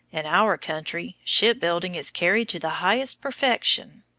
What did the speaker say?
in our country shipbuilding is carried to the highest perfection.